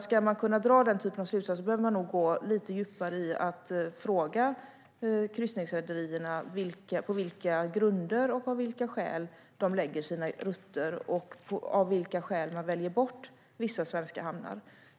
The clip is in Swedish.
Ska man kunna dra den typen av slutsatser behöver man nog gå lite djupare och fråga kryssningsrederierna varför de lägger sina rutter som de gör och av vilka skäl de väljer bort vissa svenska hamnar.